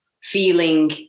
feeling